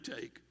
take